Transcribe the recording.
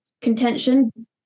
contention